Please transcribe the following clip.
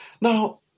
Now